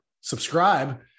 Subscribe